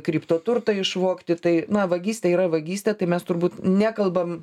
kriptoturtą išvogti tai na vagystė yra vagystė tai mes turbūt nekalbam